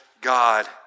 God